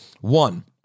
One